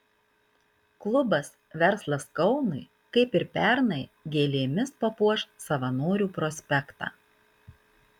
klubas verslas kaunui kaip ir pernai gėlėmis papuoš savanorių prospektą